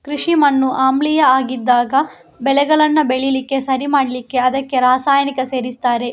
ಕೃಷಿ ಮಣ್ಣು ಆಮ್ಲೀಯ ಆಗಿದ್ದಾಗ ಬೆಳೆಗಳನ್ನ ಬೆಳೀಲಿಕ್ಕೆ ಸರಿ ಮಾಡ್ಲಿಕ್ಕೆ ಅದಕ್ಕೆ ರಾಸಾಯನಿಕ ಸೇರಿಸ್ತಾರೆ